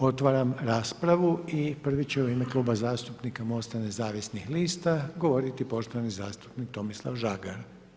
Otvaram raspravu i prvi će u ime Kluba zastupnika MOST-a nezavisnih lista govoriti poštovani zastupnik Tomislav Žagar.